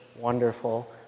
wonderful